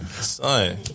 son